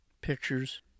pictures